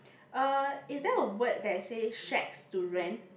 uh is there a word that says shacks to rent